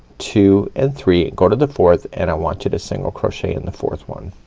two and three. go to the fourth and i want you to single crochet in the fourth one.